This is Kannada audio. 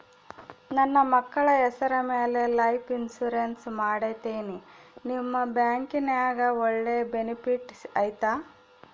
ನನ್ನ ಮಕ್ಕಳ ಹೆಸರ ಮ್ಯಾಲೆ ಲೈಫ್ ಇನ್ಸೂರೆನ್ಸ್ ಮಾಡತೇನಿ ನಿಮ್ಮ ಬ್ಯಾಂಕಿನ್ಯಾಗ ಒಳ್ಳೆ ಬೆನಿಫಿಟ್ ಐತಾ?